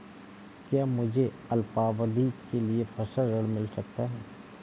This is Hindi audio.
क्या मुझे अल्पावधि के लिए फसल ऋण मिल सकता है?